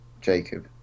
Jacob